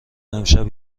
امشب